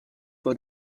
for